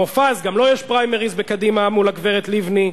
מופז, גם לו יש פריימריס בקדימה מול הגברת לבני.